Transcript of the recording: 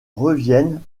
reviennent